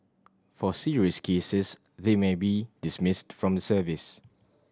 for serious cases they may be dismissed from the service